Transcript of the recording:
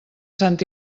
sant